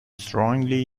strongly